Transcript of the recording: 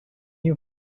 you